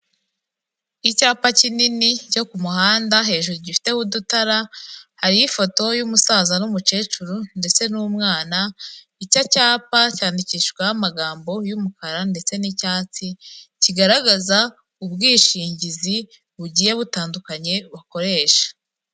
Icyapa kinini cyo ku muhanda, hejuru gifiteho udutara, hariho ifoto y'umusaza n'umukecuru ndetse n'umwana, icyo cyapa cyandikishijweho amagambo y'umukara, ndetse n'icyatsi, kigaragaza ubwishingizi bugiye butandukanye bakoresha.